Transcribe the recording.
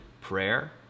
prayer